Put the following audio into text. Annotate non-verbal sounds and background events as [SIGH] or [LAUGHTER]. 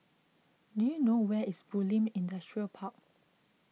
do you know where is Bulim Industrial Park [NOISE]